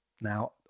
Now